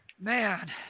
man